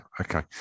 okay